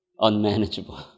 Unmanageable